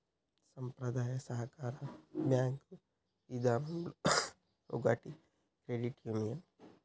సంప్రదాయ సాకార బేంకు ఇదానంలో ఒకటి క్రెడిట్ యూనియన్